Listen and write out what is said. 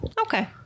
Okay